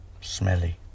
Smelly